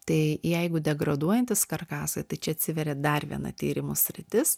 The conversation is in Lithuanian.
tai jeigu degraduojantys karkasai tai čia atsiveria dar viena tyrimų sritis